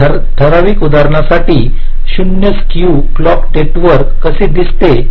तर ठराविक उदाहरणासाठी 0 स्क्यू क्लॉक नेटवर्क कसे दिसते